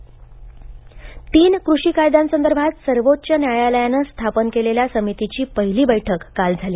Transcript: कृषी कायदे समिती तीन कृषी कायद्यांसंदर्भात सर्वोच्च न्यायालयानं स्थापन केलेल्या समितीची पहिली बैठक काल झाली